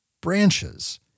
branches